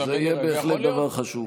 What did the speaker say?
זה יהיה בהחלט דבר חשוב.